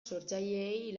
sortzaileei